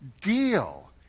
deal